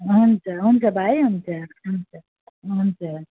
हु हुन्छ हुन्छ भाइ हुन्छ हुन्छ हुन्छ